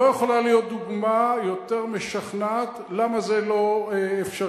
לא יכולה להיות דוגמה יותר משכנעת למה זה לא אפשרי.